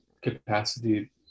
capacity